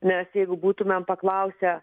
nes jeigu būtumėm paklausę